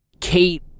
Kate